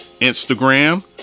Instagram